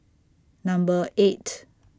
Number eight